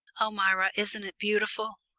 oh, myra, isn't it beautiful?